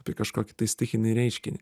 apie kažkokį tai stichinį reiškinį